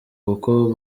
kuko